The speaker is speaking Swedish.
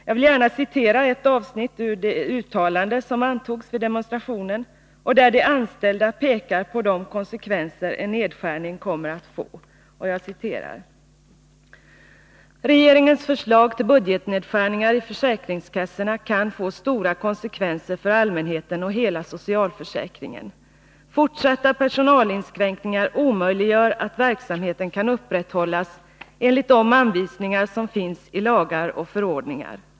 Jag vill gärna citera ett avsnitt ur det uttalande som antogs vid demonstrationen, där de anställda pekar på de konsekvenser en nedskärning kommer att få: ”Regeringens förslag till budgetnedskärningar i Försäkringskassorna kan få stora konsekvenser för allmänheten och hela socialförsäkringen. Fortsatta personalinskränkningar omöjliggör att verksamheten kan upprätthållas enligt de anvisningar som finns i lagar och förordningar.